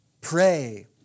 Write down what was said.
pray